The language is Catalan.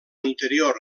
anterior